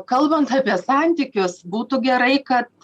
kalbant apie santykius būtų gerai kad